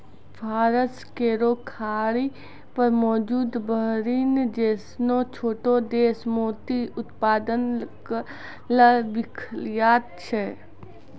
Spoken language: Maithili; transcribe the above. फारस केरो खाड़ी पर मौजूद बहरीन जैसनो छोटो देश मोती उत्पादन ल विख्यात छै